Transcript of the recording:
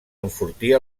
enfortir